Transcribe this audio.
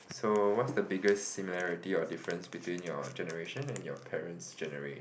so what's the biggest similarity or difference between your generation and your parent's genera~